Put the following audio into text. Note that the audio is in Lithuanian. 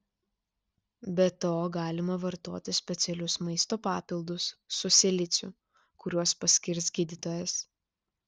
be to galima vartoti specialius maisto papildus su siliciu kuriuos paskirs gydytojas